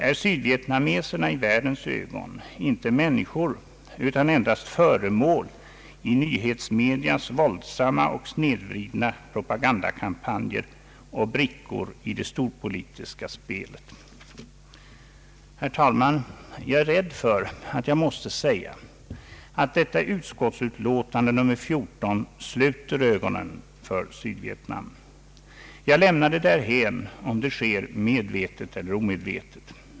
Är sydvietnameserna i världens ögon inte människor utan endast föremål i nyhetsmedias våldsamma och snedvridna propagandakampanjer och brickor i det storpolitiska spelet? Herr talman! Jag är rädd för att jag måste säga att utrikesutskottets utlåtande nr 14 sluter ögonen för Sydvietnam. Jag lämnar därhän om det sker medvetet eller omedvetet.